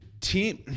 team